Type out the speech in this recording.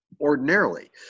ordinarily